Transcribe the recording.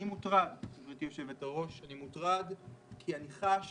אני מוטרד כי אני חש